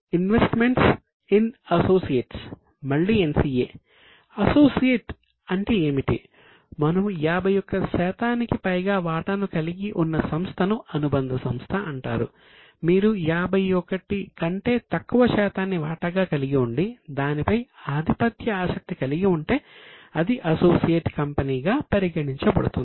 investments in associates గా పరిగణించబడుతుంది